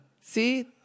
see